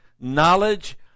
knowledge